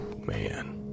Man